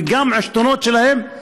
וגם את העשתונות שלהם?